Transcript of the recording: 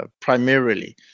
primarily